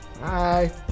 Bye